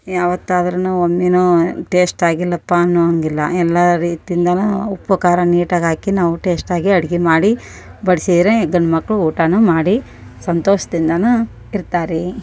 ಯಾವತ್ತಾದರೂನು ಒಮ್ಮೆನು ಟೇಸ್ಟ್ ಆಗಿಲ್ಲಪ್ಪಾ ಅನ್ನು ಹಾಗಿಲ್ಲ ಎಲ್ಲ ರೀತಿಯಿಂದನ ಉಪ್ಪು ಖಾರ ನೀಟಾಗಿ ಹಾಕಿ ನಾವು ಟೇಸ್ಟಾಗೆ ಅಡಿಗಿ ಮಾಡಿ ಬಡ್ಸಿದ್ರೆ ಗಂಡ್ಮಕ್ಕಳು ಊಟನು ಮಾಡಿ ಸಂತೋಷ್ದಿಂದನು ಇರ್ತಾರೆ ರೀ